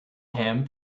ham